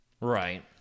Right